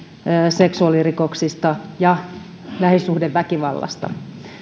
seksuaalirikoksista ja lähisuhdeväkivallasta